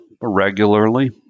regularly